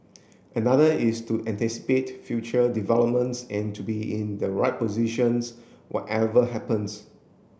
another is to anticipate future developments and to be in the right positions whatever happens